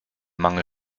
mangel